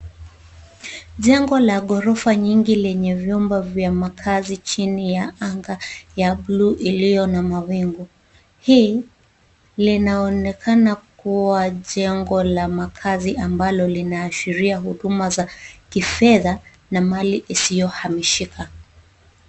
Jengo la ghorofa nyingi lenye vyumba vya makazi chini ya anga ya bluu iliyo na mawingu. Hii, linaonekana kuwa jengo la makazi ambalo linaashiria huduma za kifedha na mali isiyohamishika.